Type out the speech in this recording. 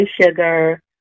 sugar